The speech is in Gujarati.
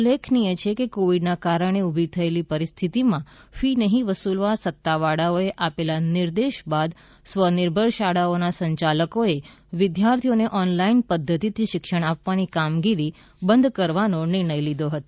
ઉલ્લેખનીય છે કે કોવિડના કારણે ઉલી થયેલી પરિસ્થિતિમાં ક્રી નહિં વસુલવા સત્તાવાળાઓએ આપેલા નિર્દેશ બાદ સ્વનિર્ભર શાળાઓના સંચાલકોએ વિદ્યાર્થીઓને ઓનલાઇન પદ્ધતિથી શિક્ષણ આપવાની કામગીરી બંધ કરવાનો નિર્ણય લીધો હતો